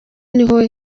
niho